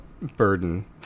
burden